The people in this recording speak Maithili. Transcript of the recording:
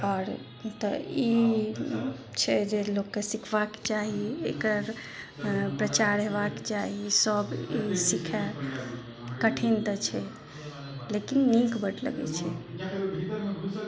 तऽ ई छै जे लोकके सिखबाक चाही एकर प्रचार हेबाक चाही सब ई सिखै कठिन तऽ छै लेकिन नीक बड लगै छै